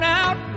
out